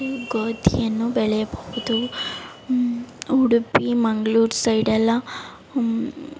ಈ ಗೋಧಿಯನ್ನು ಬೆಳೆಯಬಹುದು ಉಡುಪಿ ಮಂಗ್ಳೂರು ಸೈಡ್ ಎಲ್ಲ